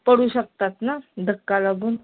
पडू शकतात ना धक्का लागून